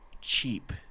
cheap